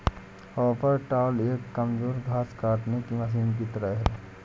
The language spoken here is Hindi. हाउल टॉपर एक कमजोर घास काटने की मशीन की तरह है